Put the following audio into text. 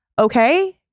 okay